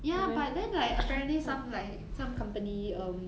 ya but then like apparently some like some company um